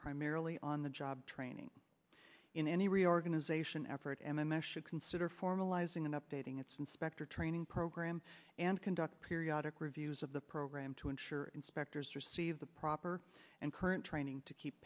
primarily on the job training in any reorganization effort m m s should consider formalizing and updating its inspector training program and conduct periodic reviews of the program to ensure inspectors receive the proper and current training to keep